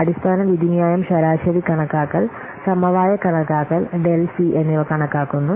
അടിസ്ഥാന വിധിന്യായം ശരാശരി കണക്കാക്കൽ സമവായ കണക്കാക്കൽ ഡെൽഫി എന്നിവ കണക്കാക്കുന്നു